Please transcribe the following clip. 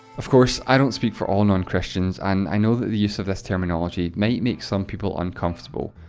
of course, i don't speak for all non-christians, and i know that the use of this terminology might make some people uncomfortable.